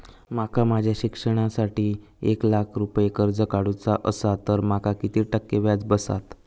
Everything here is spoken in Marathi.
माका माझ्या शिक्षणासाठी एक लाख रुपये कर्ज काढू चा असा तर माका किती टक्के व्याज बसात?